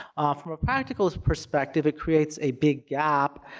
from a practical perspective, it creates a big gap,